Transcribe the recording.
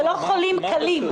זה לא חולים קלים.